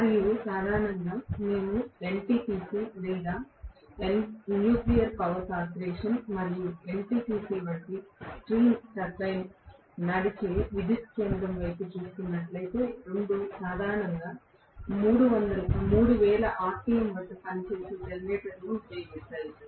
మరియు సాధారణంగా మేము NTPC లేదా NPC న్యూక్లియర్ పవర్ కార్పొరేషన్ మరియు NTPC వంటి స్ట్రీమ్ టర్బైన్ నడిచే విద్యుత్ కేంద్రం వైపు చూస్తున్నట్లయితే రెండూ సాధారణంగా 3000 rpm వద్ద పనిచేసే జనరేటర్లను ఉపయోగిస్తాయి